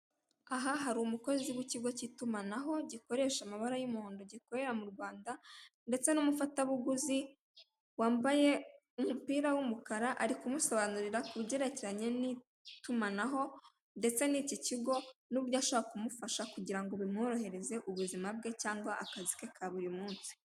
Aha hari umukozi w'ikigo cy'itumanaho gikoresha amabara y'umuhondo, gikorera mu Rwanda ndetse n'umufatabuguzi wambaye umupira w'umukara, ari kumusobanurira ku byerekeranye n'itumanaho ndetse n'iki kigo n'uburyo ashobora kumufasha kugira ngo bimworohereze ubuzima bwe cyangwa akazi ke ka buri munsi.